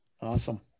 Awesome